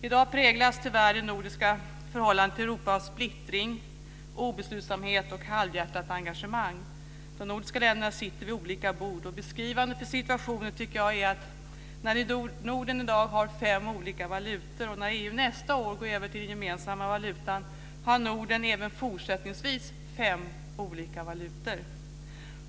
I dag präglas tyvärr det nordiska förhållandet till Europa av splittring, obeslutsamhet och halvhjärtat engagemang. De nordiska länderna sitter vid olika bord. Beskrivande för situationen är att Norden i dag har fem olika valutor. När EU nästa år går över till den gemensamma valutan har Norden även fortsättningsvis fem olika valutor.